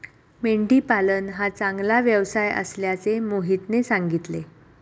मेंढी पालन हा चांगला व्यवसाय असल्याचे मोहितने सांगितले